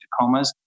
Tacomas